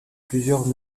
plusieurs